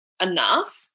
enough